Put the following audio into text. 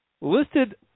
Listed